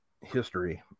history